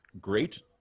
great